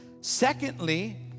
Secondly